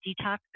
Detox